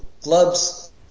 clubs